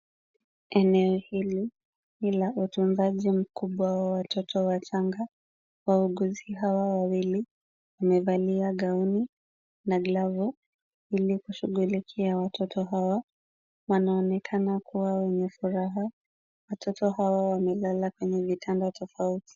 Eneo hili ni la utunzaji mkubwa wa watoto wachanga. Wauguzi hawa wawili wamevalia gauni na glavu ili kushughulikia watoto hawa. Wanaonekana kuwa wenye furaha. Watoto hawa wamelala kwenye vitanda tofauti.